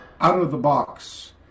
out-of-the-box